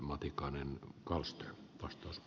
nyt se nähdään